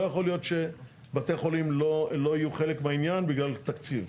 לא יכול להיות שבתי חולים לא יהיו חלק מהעניין בגלל תקציב.